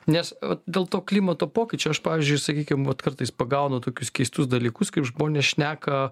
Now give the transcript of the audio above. nes vat dėl to klimato pokyčio aš pavyzdžiui sakykim vat kartais pagaunu tokius keistus dalykus kaip žmonės šneka